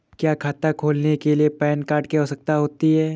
क्या खाता खोलने के लिए पैन कार्ड की आवश्यकता होती है?